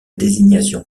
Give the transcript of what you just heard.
désignation